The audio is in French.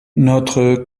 notre